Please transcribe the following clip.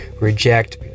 reject